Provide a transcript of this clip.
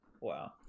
Wow